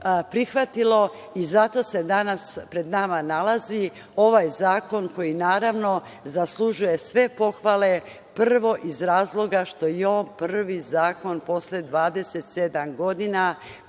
prihvatilo i zato se danas pred nama nalazi ovaj zakon koji, naravno, zaslužuje sve pohvale, prvo iz razloga što je on prvi zakon posle 27 godina